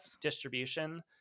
distribution